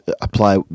apply